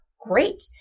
great